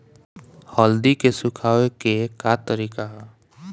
हल्दी के सुखावे के का तरीका ह?